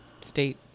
state